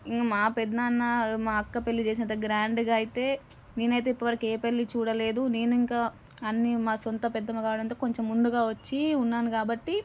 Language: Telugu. ఇంకా మా పెదనాన్న మా అక్క పెళ్ళి చేసేంత గ్రాండ్గా అయితే నేనైతే ఇప్పటివరకు ఏ పెళ్ళి చూడలేదు నేను ఇంకా అన్నీ మా సొంత పెద్దమ్మ కావడంతో కొంచెం ముందుగా వచ్చి ఉన్నాను కాబట్టి